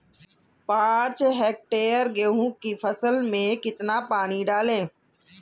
पाँच हेक्टेयर गेहूँ की फसल में कितना पानी डालें?